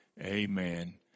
Amen